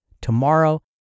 tomorrow